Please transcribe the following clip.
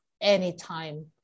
anytime